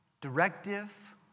directive